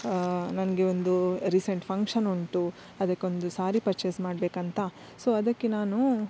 ನನಗೆ ಒಂದು recent function ಉಂಟು ಅದಕ್ಕೊಂದು ಸಾರಿ ಪರ್ಚೇಸ್ ಮಾಡ್ಬೇಕಂತ ಸೊ ಅದಕ್ಕೆ ನಾನು